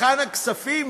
היכן הכספים?